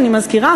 אני מזכירה,